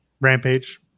rampage